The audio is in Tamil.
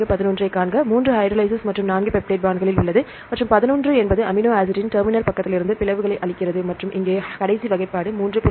11 ஐக் காண்க 3 ஹைட்ரோலேஸ் மற்றும் 4 பெப்டைட் பாண்ட்களில் உள்ளது மற்றும் 11 என்பது அமினோ ஆசிட்டின் டெர்மினல் பக்கத்திலிருந்து பிளவுகளை அளிக்கிறது மற்றும் இங்கே கடைசி வகைப்பாடு 3